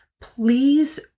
please